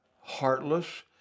heartless